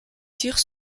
tire